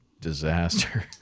disaster